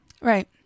Right